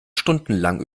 stundenlang